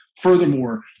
furthermore